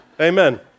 Amen